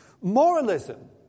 Moralism